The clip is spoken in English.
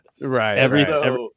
Right